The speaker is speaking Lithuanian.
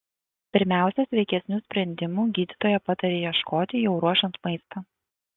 pirmiausia sveikesnių sprendimų gydytoja pataria ieškoti jau ruošiant maistą